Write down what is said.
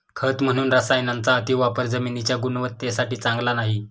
खत म्हणून रसायनांचा अतिवापर जमिनीच्या गुणवत्तेसाठी चांगला नाही